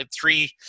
three